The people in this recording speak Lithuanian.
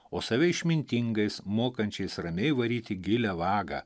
o save išmintingais mokančiais ramiai varyti gilią vagą